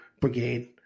brigade